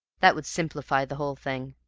that would simplify the whole thing,